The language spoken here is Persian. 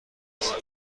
است